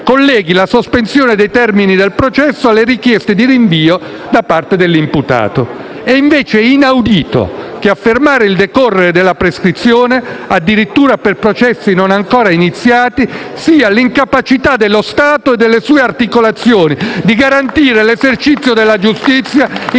colleghi la sospensione dei termini del processo alle richieste di rinvio da parte dell'imputato. È invece inaudito che a fermare il decorrere della prescrizione, addirittura per processi non ancora iniziati, sia l'incapacità dello Stato e delle sue articolazioni di garantire l'esercizio della giustizia in